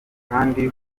kandi